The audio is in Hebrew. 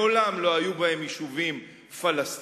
מעולם לא היו בהם יישובים פלסטיניים,